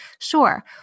sure